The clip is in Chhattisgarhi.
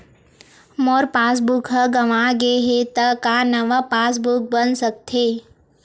मोर पासबुक ह गंवा गे हे त का नवा पास बुक बन सकथे?